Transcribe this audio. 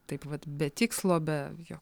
taip vat be tikslo be jo